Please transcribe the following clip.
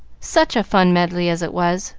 such a funny medley as it was,